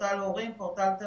פורטל הורים,